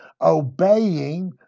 obeying